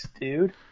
dude